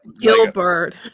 Gilbert